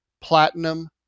platinum